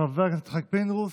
חבר הכנסת יצחק פינדרוס,